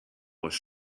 was